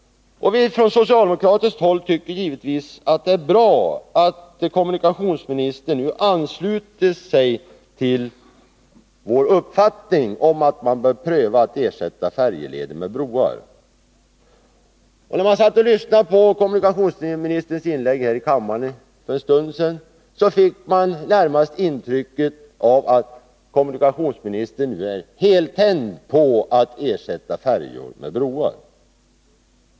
Vi socialdemokrater tycker givetvis att det är bra att kommunikationsministern nu har anslutit sig till vår uppfattning, att man bör pröva att ersätta färjeleder med broar. När jag lyssnade till kommunikationsministerns inlägg här i kammaren för en stund sedan, fick jag närmast intrycket av att han var heltänd på att ersätta färjor med broar.